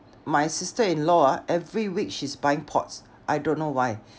my sister in-law ah every week she's buying pots I don't know why